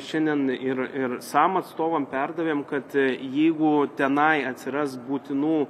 šiandien ir ir sam atstovam perdavėm kad jeigu tenai atsiras būtinų